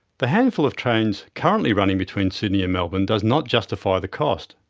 the handful of trains currently running between sydney and melbourne does not justify the cost,